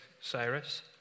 Cyrus